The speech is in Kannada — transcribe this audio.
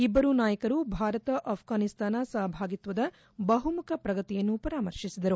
ಇಬ್ಬರೂ ನಾಯಕರು ಭಾರತ ಅಪ್ರಾನಿಸ್ತಾನ ಸಹಭಾಗಿತ್ವದ ಬಹುಮುಖ ಪ್ರಗತಿಯನ್ನು ಪರಾಮರ್ಶಿಸಿದರು